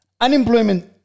Unemployment